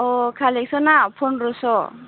अ कालेक्टस'ना फन्द्रस'